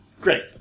Great